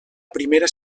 primera